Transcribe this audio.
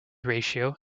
ratio